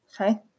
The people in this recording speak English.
Okay